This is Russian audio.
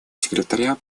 секретаря